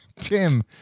Tim